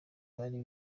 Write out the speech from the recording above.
bari